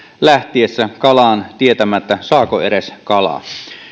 lähtiessään kalaan tietämättä saako edes kalaa